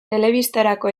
telebistarako